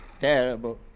terrible